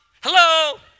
hello